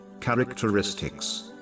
characteristics